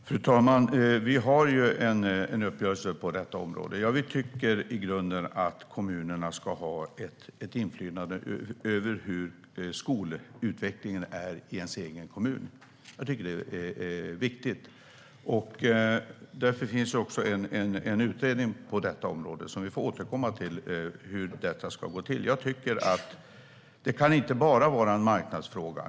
Fru talman! Vi har en uppgörelse på detta område. Ja, vi tycker i grunden att kommunen ska ha ett inflytande över hur skolutvecklingen är i kommunen. Jag tycker att det är viktigt. Därför finns det också en utredning på detta område. Vi får återkomma till hur detta ska gå till. Det kan inte bara vara en marknadsfråga.